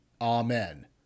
Amen